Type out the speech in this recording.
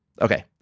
Okay